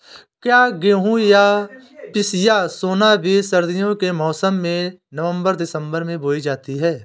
क्या गेहूँ या पिसिया सोना बीज सर्दियों के मौसम में नवम्बर दिसम्बर में बोई जाती है?